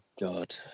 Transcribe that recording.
God